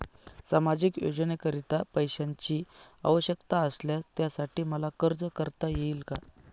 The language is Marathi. सामाजिक योजनेकरीता पैशांची आवश्यकता असल्यास त्यासाठी मला अर्ज करता येईल का?